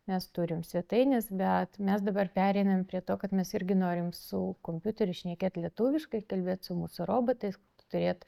mes turim svetaines bet mes dabar pereinam prie to kad mes irgi norim su kompiuteriu šnekėt lietuviškai ir kalbėt su mūsų robotais turėt